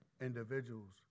individuals